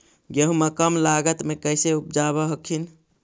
गेहुमा कम लागत मे कैसे उपजाब हखिन?